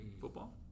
Football